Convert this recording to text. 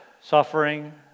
suffering